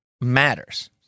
matters